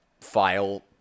file